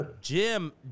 Jim